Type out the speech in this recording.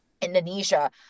Indonesia